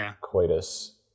Coitus